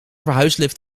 verhuislift